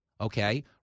okay